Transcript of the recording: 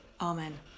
Amen